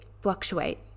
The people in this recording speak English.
fluctuate